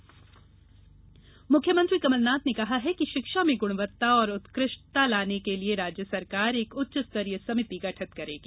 मुख्यमंत्री उच्चशिक्षा मुख्यमंत्री कमलनाथ ने कहा है कि शिक्षा में गुणवत्ता और उत्कृष्टता लाने के लिए राज्य सरकार एक उच्च स्तरीय समिति गठित करेगी